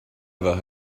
ever